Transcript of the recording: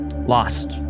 Lost